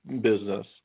business